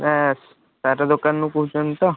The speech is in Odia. ଏଟା ସାର ଦୋକାନରୁ କହୁଛନ୍ତି ତ